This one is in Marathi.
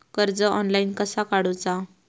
कर्ज ऑनलाइन कसा काडूचा?